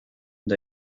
eta